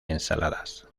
ensaladas